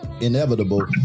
inevitable